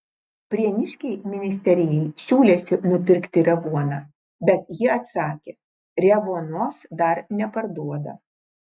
prieniškiai ministerijai siūlėsi nupirkti revuoną bet ji atsakė revuonos dar neparduoda